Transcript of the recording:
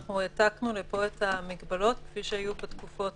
העתקנו לפה את המגבלות כפי שהיו בתקופות